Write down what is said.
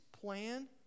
plan